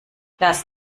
das